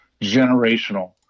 Generational